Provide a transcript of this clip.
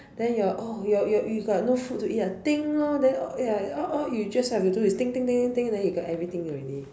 then your oh your your you've got no food to eat ah ding loh then ya all all you just have to do is ding ding ding ding ding then you got everything already mm